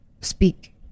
speak